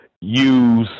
use